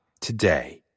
today